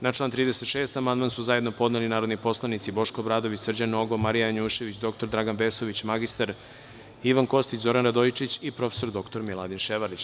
Na član 36. amandman su zajedno podneli narodni poslanici Boško Obradović, Srđan Nogo, Marija Janjušević, dr Dragan Vesović, mr Ivan Kostić, Zoran Radojičić i prof. dr Miladin Ševarlić.